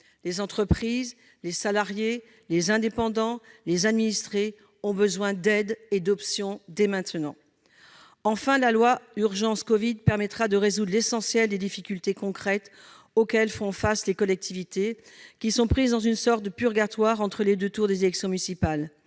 Les entreprises, les salariés, les indépendants, les administrés ont besoin d'aide et d'options dès maintenant. Enfin, la loi Urgence Covid permettra de résoudre l'essentiel des difficultés concrètes auxquelles font face les collectivités, qui sont prises dans une sorte de purgatoire entre les deux tours des élections municipales.